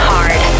Hard